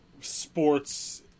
sports